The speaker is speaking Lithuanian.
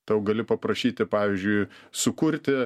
tau gali paprašyti pavyzdžiui sukurti